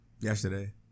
Yesterday